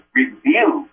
review